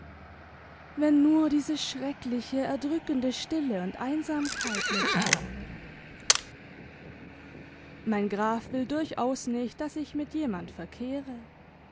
wenn nur diese schreckliche erdrückende stille und einsamkeit nicht wärel mein graf will durchaus nicht daß ich mit jemand verkehre